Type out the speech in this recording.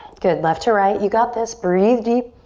good left to right. you got this. breathe deep.